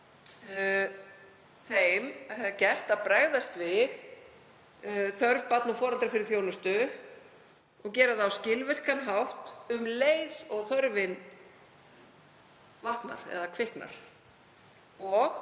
þeim gert að bregðast við þörf barna og foreldra fyrir þjónustu og gera það á skilvirkan hátt um leið og þörfin vaknar eða kviknar. Og